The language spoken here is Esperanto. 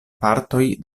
partoj